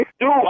Dude